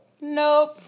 Nope